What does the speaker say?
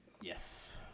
Yes